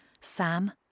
Sam